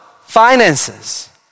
finances